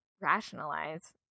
rationalize